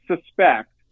suspect